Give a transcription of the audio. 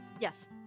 Yes